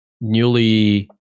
newly